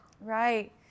Right